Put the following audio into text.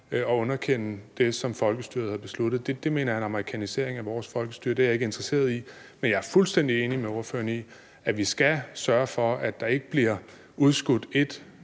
at underkende det, som folkestyret har besluttet. Det mener jeg er en amerikanisering af vores folkestyre, og det er jeg ikke interesseret i. Men jeg er fuldstændig enig med ordføreren i, at vi skal sørge for, at der ikke bliver udskudt et